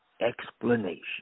explanation